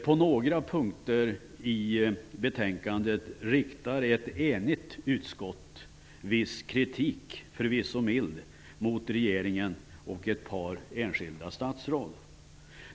På några punkter i betänkandet riktar ett enigt utskott viss kritik, förvisso mild, mot regeringen och ett par enskilda statsråd.